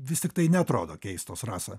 vis tiktai neatrodo keistos rasa